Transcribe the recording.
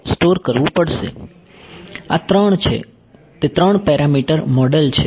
આ ત્રણ છે તે ત્રણ પેરામીટર મોડલ છે